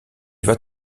vas